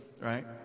right